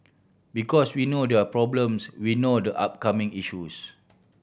because we know their problems we know the upcoming issues